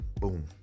boom